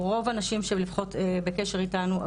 רוב הנשים שנמצאות בקשר איתנו,